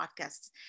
podcasts